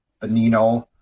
Benino